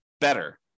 better